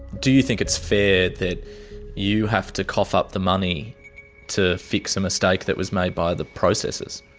do you think it's fair that you have to cough up the money to fix a mistake that was made by the processors?